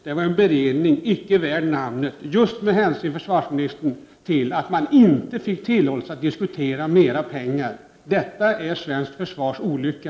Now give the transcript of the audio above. Det var en beredning icke värd namnet, just med hänsyn till att man inte fick tillåtelse att diskutera mer pengar. Detta är svenskt försvars olycka.